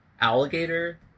alligator